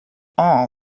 all